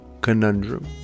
Conundrum